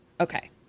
Okay